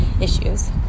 issues